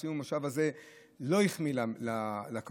סיום המושב הזה לא החמיא לקואליציה.